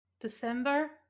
December